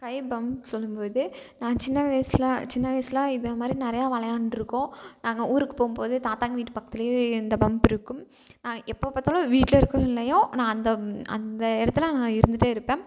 கை pump சொல்லும்போது நான் சின்ன வயசில் சின்ன வயசில் இதை மாதிரி நிறையா விளையாண்டுருக்கோம் நாங்கள் ஊருக்கு போகும்போது தாத்தாங்க வீட்டு பக்கத்துலேயே இந்த பம்ப் இருக்கும் நாங்கள் எப்போ பார்த்தாலும் வீட்டில இருக்கோ இல்லையோ ஆனால் நான் அந்த இடத்துல இருந்துகிட்டே இருப்பேன்